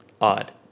Odd